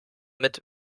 mit